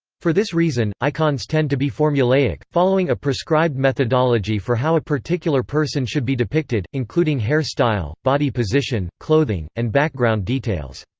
for this reason, icons tend to be formulaic, following a prescribed methodology for how a particular person should be depicted, including hair style, body position, clothing, and background details.